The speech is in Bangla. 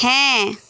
হ্যাঁ